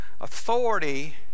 authority